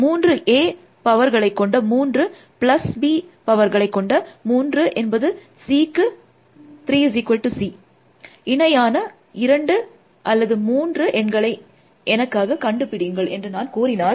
மூன்று A பவர்களை கொண்ட மூன்று ப்ளஸ் பி பவர்களை கொண்ட மூன்று என்பது Cக்கு இணையான இரண்டு அல்லது மூன்று எண்களை எனக்காக கண்டு பிடியுங்கள் என்று நான் கூறினால்